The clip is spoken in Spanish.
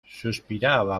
suspiraba